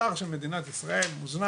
אתר של מדינת ישראל מוזנח,